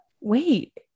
wait